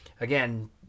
Again